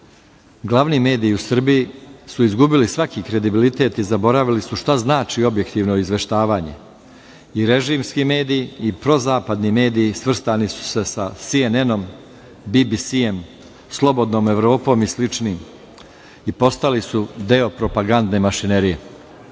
Glavni mediji u Srbiji su izgubili svaki kredibilitet zaboravili su šta znači objektivno izveštavanje, i režimski mediji i prozapadni mediji svrstali su se sa SNN-om, BBS-jem, Slobodnom Evropom i sličnim i postali su deo propagandne mašinerije. Ali,